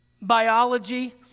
Biology